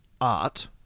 art